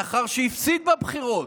לאחר שהפסיד בבחירות,